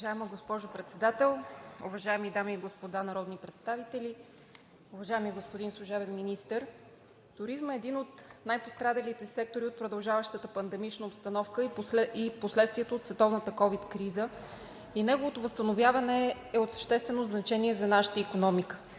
Уважаема госпожо Председател, уважаеми дами и господа народни представители! Уважаеми господин Служебен министър, туризмът е един от най-пострадалите сектори от продължаващата пандемична обстановка, последствието от световната ковид криза и неговото възстановяване е от съществено значение за нашата икономика,